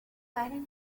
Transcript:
para